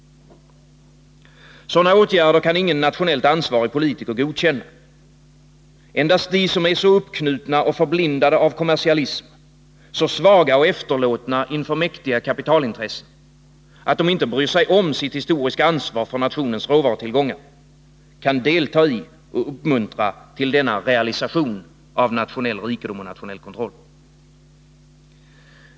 Sådana åtgärder kan ingen nationellt ansvarig politiker godkänna. Endast de som är så uppknutna och förblindade av kommersialism, så svaga och efterlåtna inför mäktiga kapitalintressen att de inte bryr sig om sitt historiska ansvar för nationens råvarutillgångar kan delta i och uppmuntra till denna realisation av nationell rikedom och kontroll.